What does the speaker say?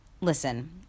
listen